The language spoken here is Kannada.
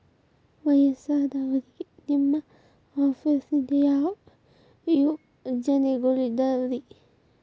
ವಯಸ್ಸಾದವರಿಗೆ ನಿಮ್ಮ ಆಫೇಸ್ ನಿಂದ ಯಾವ ಯೋಜನೆಗಳಿದಾವ್ರಿ?